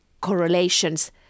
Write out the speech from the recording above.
correlations